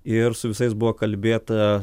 ir su visais buvo kalbėta